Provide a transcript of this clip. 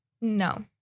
no